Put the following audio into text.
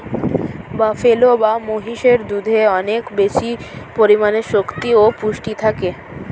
buffalo বা মহিষের দুধে অনেক বেশি পরিমাণে শক্তি ও পুষ্টি থাকে